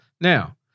Now